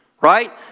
Right